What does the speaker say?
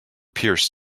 pierced